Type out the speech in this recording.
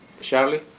Charlie